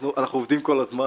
11:19) אנחנו עובדים כל הזמן,